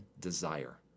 desire